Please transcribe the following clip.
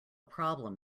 problem